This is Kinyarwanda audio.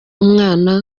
umwana